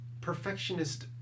perfectionist